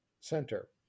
center